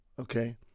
okay